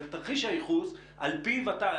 תרחיש הייחוס, על פיו -- על פיו אתה נערך.